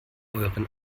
euren